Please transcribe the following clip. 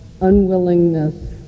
unwillingness